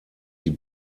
die